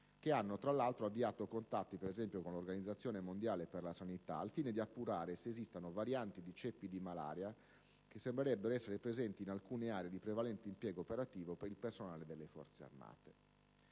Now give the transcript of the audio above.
che hanno, tra l'altro, già avviato contatti con l'Organizzazione mondiale per la sanità al fine di appurare se esistano varianti dei ceppi di malaria che sembrerebbero essere presenti in alcune aree di prevalente impiego operativo per il personale delle Forze armate.